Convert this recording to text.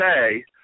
say